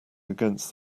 against